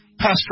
pastor